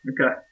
Okay